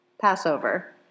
Passover